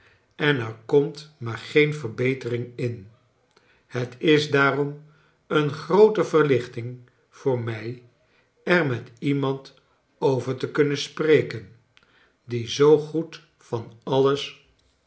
en er komt maar geen verbetering in het is daarom een groote verlichting voor mij er met iemand over te kunnen spreken die zoo goed van alles